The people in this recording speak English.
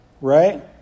right